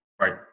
Right